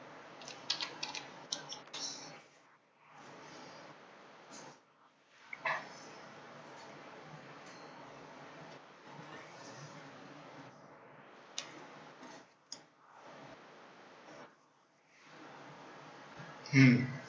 mm